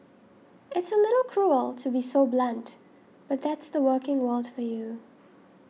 it's a little cruel to be so blunt but that's the working worlds for you